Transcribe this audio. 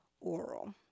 oral